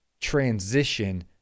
transition